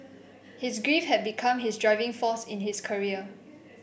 his grief had become his driving force in his career